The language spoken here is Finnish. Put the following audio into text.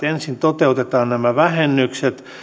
ensin toteutetaan vähennykset